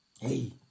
Hey